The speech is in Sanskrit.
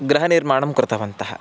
गृहनिर्माणं कृतवन्तः